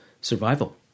survival